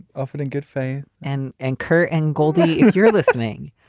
often in good faith and and kurt and goldie. you're listening.